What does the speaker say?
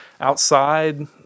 outside